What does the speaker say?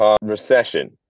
recession